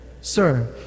Sir